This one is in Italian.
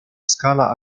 scala